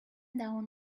down